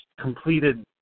completed